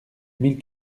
mille